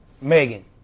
Megan